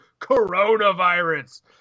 coronavirus